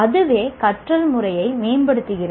அதுவே கற்றல் முறையை மேம்படுத்துகிறது